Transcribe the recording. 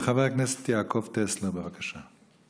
חבר הכנסת יעקב טסלר, בבקשה.